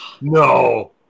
no